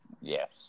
yes